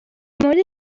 مورد